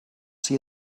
see